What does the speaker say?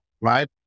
right